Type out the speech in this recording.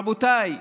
רבותיי,